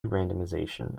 randomization